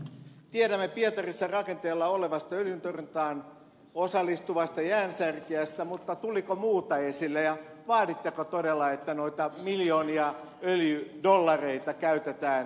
tiedämme pietarissa rakenteilla olevasta öljyntorjuntaan osallistuvasta jäänsärkijästä mutta tuliko muuta esille ja vaaditteko todella että noita miljoonia öljydollareita käytetään suomenlahden ja itämeren öljyntorjuntaan